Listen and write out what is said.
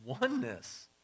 oneness